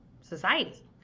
society